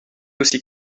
aussi